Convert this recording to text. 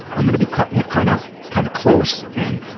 i'm going to be cutting it kind of kind of close and